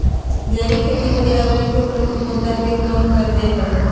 जैविक खेती पर्यावरण के प्रमुख मुद्दा के कम कर देय हइ